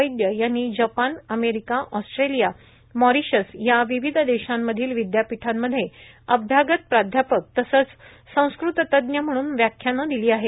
वैद्य यांनी Japan America Australia Mauritius या विविध देशांमधील विद्यापीठांमध्ये अभ्यागत प्राध्यापक तसंच संस्कृततज्ञ म्हणून व्याख्यानं दिली आहेत